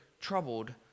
troubled